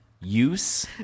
Use